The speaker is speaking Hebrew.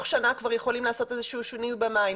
שנה כבר יכולים לעשות איזה שהוא שינוי במים.